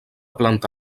planta